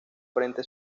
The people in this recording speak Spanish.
frente